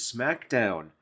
Smackdown